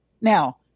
Now